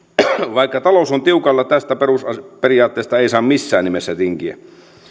vaikka talous on tiukalla tästä perusperiaatteesta ei saa missään nimessä tinkiä